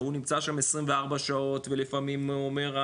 הוא נמצא שם 24 שעות ולפעמים הוא אומר,